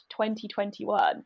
2021